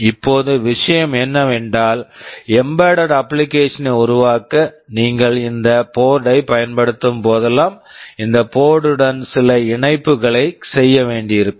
இப்போது விஷயம் என்னவென்றால் எம்பெட்டெட் அப்ளிகேஷன் embedded application ஐ உருவாக்க நீங்கள் இந்த போர்ட்டு board ஐப் பயன்படுத்தும் போதெல்லாம் இந்த போர்ட்டு board டன் சில இணைப்புகளைச் செய்ய வேண்டியிருக்கும்